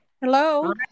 Hello